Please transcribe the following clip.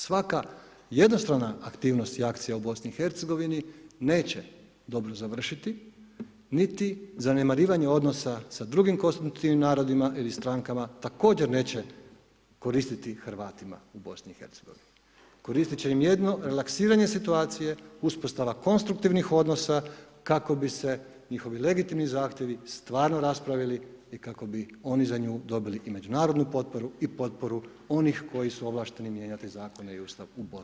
Svaka jednostrana aktivnost i akcija u BiH neće dobro završiti, niti zanemarivanje odnosa sa drugim konstitutivnim narodima također neće koristiti Hrvatima u BiH koristi će im jedino relaksiranje situacije, uspostava konstruktivnih odnosa kako bi se njihovi legitimni zahtjevi stvarno raspravili i kako bi oni za nju dobili i međunarodnu potporu i potporu onih koji su ovlašteni mijenjati Zakone i Ustav u Bosni i Hercegovini.